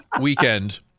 weekend